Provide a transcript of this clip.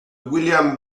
william